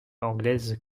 anglaise